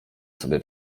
sobie